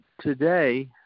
today